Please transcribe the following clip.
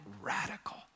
radical